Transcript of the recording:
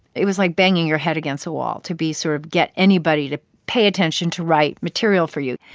it was, like, banging your head against a wall to be sort of get anybody to pay attention to write material for you.